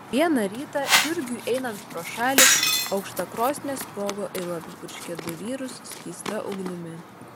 vieną rytą jurgiui einant pro šalį aukštakrosnė sprogo ir apipurškė du vyrus skysta ugnimi